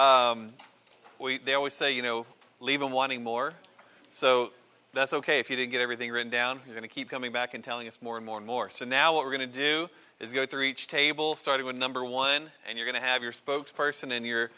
we always say you know leave him wanting more so that's ok if you didn't get everything written down you going to keep coming back and telling us more and more and more so now what we're going to do is go through each table starting with number one and you're going to have your spokes person in your